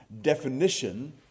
definition